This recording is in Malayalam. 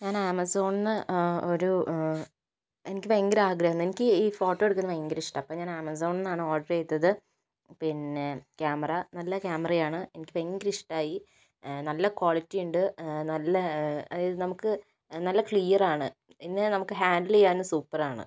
ഞാന് ആമസോണിൽ നിന്ന് ഒരു എനിക്ക് ഭയങ്കര ആഗ്രഹാമാരുന്നു എനിക്ക് ഈ ഫോട്ടോ എടുക്കുന്നത് ഭയങ്കര ഇഷ്ടമാണ് അപ്പം ഞാന് ആമസോണിന്നാണ് ഓര്ഡര് ചെയ്തത് പിന്നെ ക്യാമറ നല്ല ക്യാമറയാണ് എനിക്ക് ഭയങ്കര ഇഷ്ടമായി നല്ല ക്വാളിറ്റി ഉണ്ട് നല്ല അതായത് നമുക്ക് നല്ല ക്ലിയര് ആണ് പിന്നെ നമുക്ക് ഹാന്ഡില് ചെയ്യാനും സൂപ്പറാണ്